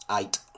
Eight